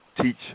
teach